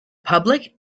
public